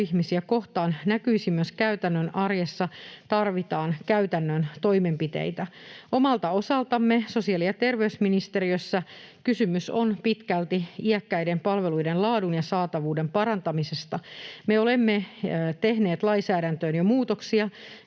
ikäihmisiä kohtaan näkyisi myös käytännön arjessa, tarvitaan käytännön toimenpiteitä. Omalta osaltamme sosiaali‑ ja terveysministeriössä kysymys on pitkälti iäkkäiden palveluiden laadun ja saatavuuden parantamisesta. Me olemme tehneet lainsäädäntöön jo muutoksia,